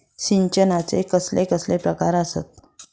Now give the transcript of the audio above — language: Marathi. सिंचनाचे कसले कसले प्रकार आसत?